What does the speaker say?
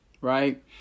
right